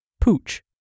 pooch